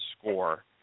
score